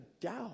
doubt